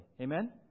Amen